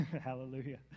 Hallelujah